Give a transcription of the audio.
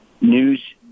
news